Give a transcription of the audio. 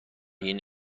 این